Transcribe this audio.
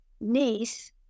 niece